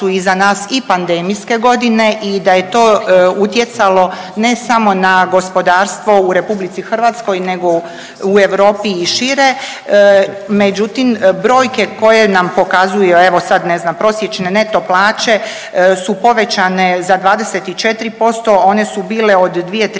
iza nas i pandemijske godine i da je to utjecalo ne samo na gospodarstvo u RH nego u Europi i šire. Međutim, brojke koje nam pokazuju evo sad ne znam prosječne neto plaće su povećane za 24%. One su bile od 2013.